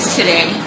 today